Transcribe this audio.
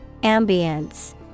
Ambience